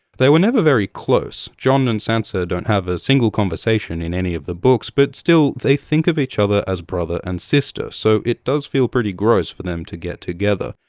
they were never very close jon and sansa don't have a single conversation in any of the books but still, they think of each other as brother and sister, so it does feel pretty gross for them to get together.